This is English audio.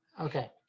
Okay